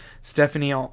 Stephanie